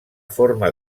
forma